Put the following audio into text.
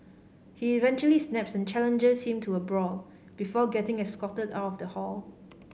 he eventually snaps and challenges him to a brawl before getting escorted out of the hall